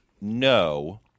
no –